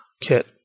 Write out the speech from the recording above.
kit